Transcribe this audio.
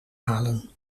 halen